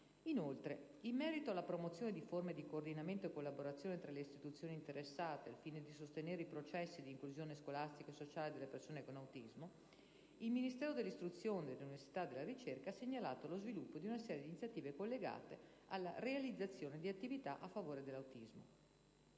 Inoltre, in merito alla promozione di forme di coordinamento e collaborazione tra le istituzioni interessate, al fine di sostenere i processi di inclusione scolastica e sociale delle persone con autismo, il Ministero dell'istruzione, dell'università e della ricerca ha segnalato lo sviluppo di una serie di iniziative collegate alla realizzazione di attività a favore dell'autismo.